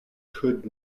could